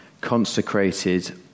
Consecrated